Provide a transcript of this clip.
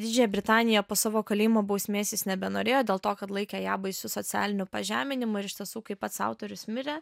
didžiąją britaniją po savo kalėjimo bausmės jis nebenorėjo dėl to kad laikė ją baisiu socialiniu pažeminimu ir iš tiesų kaip pats autorius mirė